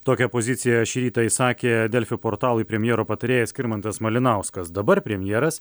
tokią poziciją šį rytą išsakė delfi portalui premjero patarėjas skirmantas malinauskas dabar premjeras